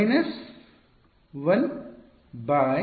minus 1 by